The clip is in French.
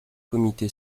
comité